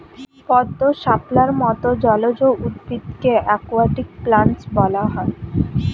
পদ্ম, শাপলার মত জলজ উদ্ভিদকে অ্যাকোয়াটিক প্ল্যান্টস বলা হয়